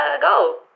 go